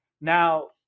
Now